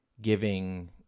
giving